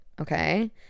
Okay